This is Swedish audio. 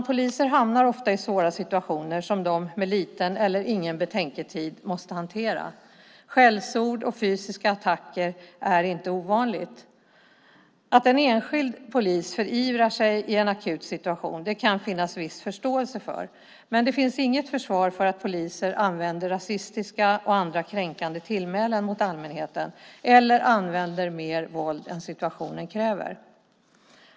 Poliser hamnar ofta i svåra situationer som de med liten eller ingen betänketid måste hantera. Skällsord och fysiska attacker är inte ovanliga. Det kan finnas en viss förståelse för att en enskild polis förivrar sig i en akut situation, men det finns inget försvar för att poliser använder rasistiska och andra kränkande tillmälen mot allmänheten eller använder mer våld än situationen kräver.